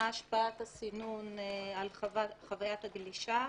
מה השפעת הסינון על חווית הגלישה,